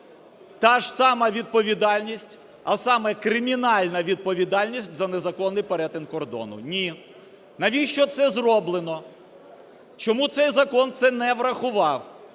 та ж сама відповідальність, а саме: кримінальна відповідальність за незаконний перетин кордону? Ні. Навіщо це зроблено? Чому цей закон це не враховував?